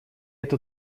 эта